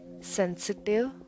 sensitive